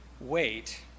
Wait